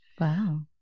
Wow